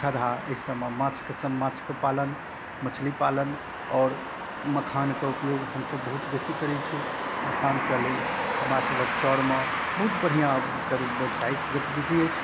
खदहा एहि सबमे माँछकेसँ माँछके पालन मछली पालन आओर मखानके उपयोग हमसब बहुत बेसी करै छी मखानके लेल हमरासबके चऽरमे बहुत बढ़िआँके रूप बेवसाइक गतिविधि अछि